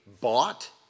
bought